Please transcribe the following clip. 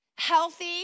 Healthy